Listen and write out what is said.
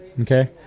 Okay